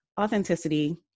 authenticity